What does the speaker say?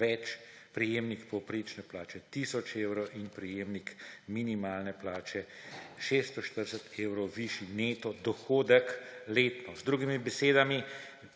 več, prejemnik povprečne plače tisoč evrov in prejemnik minimalne plače 640 evrov višji neto dohodek letno. Z drugimi besedami,